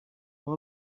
i’ve